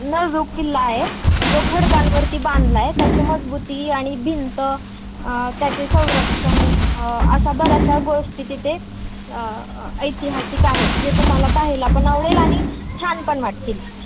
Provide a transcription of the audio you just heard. नळगदुर्ग किल्ला आहे जो खडकांवरती बांधला आहे त्याची मजबूती आणि भिंत त्याचे संरक्षण अशा बऱ्याशा गोष्टी तिथे ऐतिहासिक आहेत जे तुम्हाला पाहायला पण अवडेल आणि छान पण वाटतील